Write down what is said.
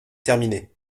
terminé